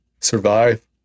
Survive